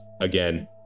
Again